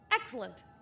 Excellent